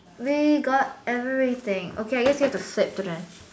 we got everything okay I guess you have to sit through then